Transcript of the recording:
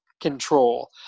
control